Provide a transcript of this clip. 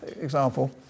example